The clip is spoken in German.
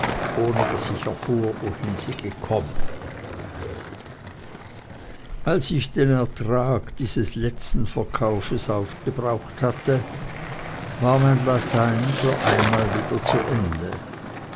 ohne daß ich erfuhr wohin sie gekommen als ich den ertrag dieses letzten verkaufes aufgebraucht hatte war mein latein für einmal wieder zu ende